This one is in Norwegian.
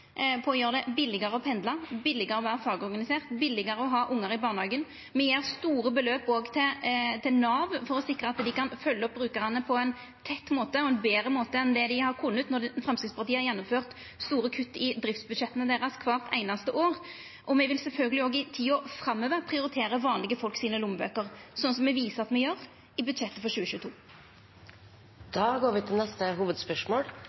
å gjera det billegare å pendla, billegare å vera fagorganisert, billegare å ha ungar i barnehagen. Me gjev store beløp òg til Nav for å sikra at dei kan følgja opp brukarane på ein tett måte og ein betre måte enn dei har kunna når Framstegspartiet har gjennomført store kutt i driftsbudsjetta deira kvart einaste år. Me vil sjølvsagt òg i tida framover prioritera lommeboka til vanlege folk, slik me viser at me gjer i budsjettet for